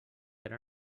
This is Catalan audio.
per